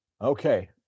Okay